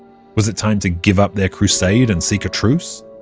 was it time to give up their crusade and seek a truce?